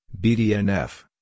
BDNF